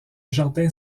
jardin